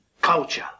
Culture